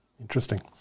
Interesting